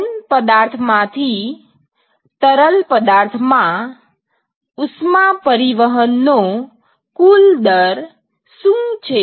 ઘન પદાર્થ માંથી તરલ પદાર્થમાં ઉષ્મા પરિવહનનો કુલ દર શું છે